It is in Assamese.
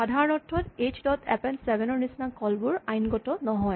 সাধাৰণ অৰ্থত এইচ ডট এপেন্ড চেভেন ৰ নিচিনা কল বোৰ আইনগত নহয়